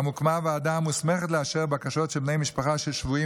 גם הוקמה הוועדה המוסמכת לאשר בקשות של בני משפחה של שבויים